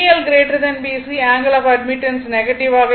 BL BC angle of admittance negative ஆக இருக்கும்